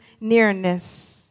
nearness